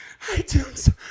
iTunes